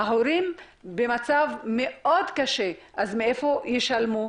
ההורים במצב מאוד קשה, אז מאיפה ישלמו?